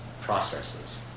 processes